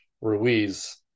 Ruiz